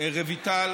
רויטל